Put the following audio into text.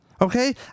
Okay